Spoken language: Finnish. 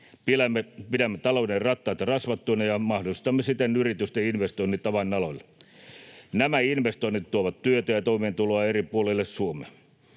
Pidämme talouden rattaat rasvattuina ja mahdollistamme siten yritysten investoinnit avainaloille. Nämä investoinnit tuovat työtä ja toimeentuloa eri puolille Suomea.